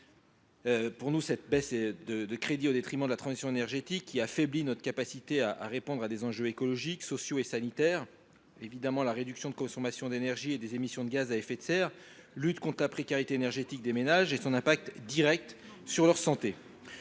Selon nous, cette baisse de crédits au détriment de la transition énergétique affaiblit notre capacité à répondre à des enjeux écologiques, sociaux et sanitaires : réduction de consommation d’énergie et des émissions de gaz à effet de serre, lutte contre la précarité énergétique des ménages et son impact direct sur leur santé.